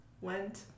went